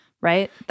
right